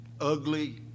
ugly